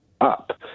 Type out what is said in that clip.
up